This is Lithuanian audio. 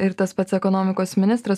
ir tas pats ekonomikos ministras